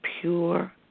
pure